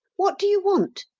what do you want?